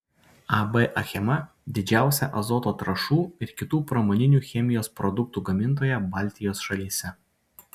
ab achema didžiausia azoto trąšų ir kitų pramoninių chemijos produktų gamintoja baltijos šalyse